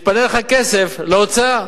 מתפנה לך כסף להוצאה,